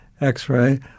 x-ray